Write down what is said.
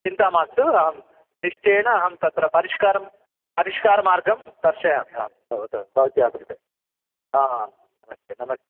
चिन्ता मास्तु अहं निश्चयेन अहं तत्र परिष्कारं परिष्कारमार्गं पश्यामि आं भवत्याः भवत्याः कृते आम् नमस्ते नमस्ते